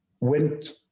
went